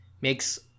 makes